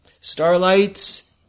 Starlights